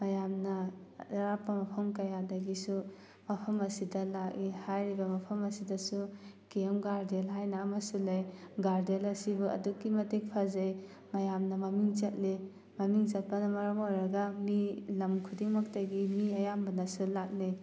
ꯃꯌꯥꯝꯅ ꯑꯔꯥꯞꯄ ꯃꯐꯝ ꯀꯌꯥꯗꯒꯤꯁꯨ ꯃꯐꯝ ꯑꯁꯤꯗ ꯂꯥꯛꯏ ꯍꯥꯏꯔꯤꯕ ꯃꯐꯝ ꯑꯁꯤꯗꯁꯨ ꯀꯦ ꯑꯦꯝ ꯒꯥꯔꯗꯦꯟ ꯍꯥꯏꯅ ꯑꯃꯁꯨ ꯂꯩ ꯒꯥꯔꯗꯦꯟ ꯑꯁꯤꯕꯨ ꯑꯗꯨꯛꯀꯤ ꯃꯇꯤꯛ ꯐꯖꯩ ꯃꯌꯥꯝꯅ ꯃꯃꯤꯡ ꯆꯠꯂꯤ ꯃꯃꯤꯡ ꯆꯠꯄꯅ ꯃꯔꯝ ꯑꯣꯏꯔꯒ ꯃꯤ ꯂꯝ ꯈꯨꯗꯤꯡꯃꯛꯇꯒꯤ ꯃꯤ ꯑꯌꯥꯝꯕꯅꯁꯨ ꯂꯥꯛꯅꯩ